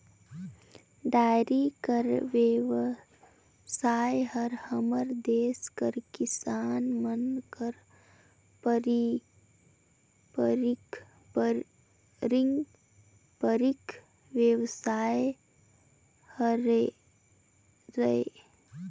dairy कर बेवसाय हर हमर देस कर किसान मन कर पारंपरिक बेवसाय हरय